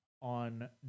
on